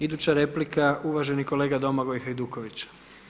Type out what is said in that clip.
Iduća replika uvaženi kolega Domagoj Hajduković.